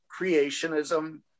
creationism